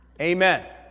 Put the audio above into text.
Amen